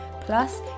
Plus